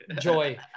joy